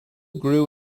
grew